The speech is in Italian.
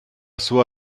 sua